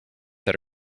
that